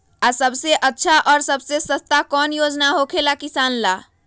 आ सबसे अच्छा और सबसे सस्ता कौन योजना होखेला किसान ला?